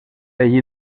allí